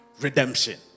redemption